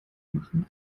machen